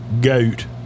Goat